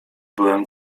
byłem